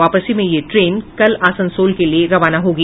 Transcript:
वापसी में यह ट्रेन कल आसनसोल के लिये रवाना होगी